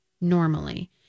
normally